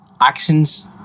actions